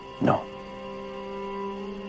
no